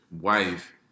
wife